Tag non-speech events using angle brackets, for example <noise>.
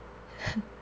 <laughs>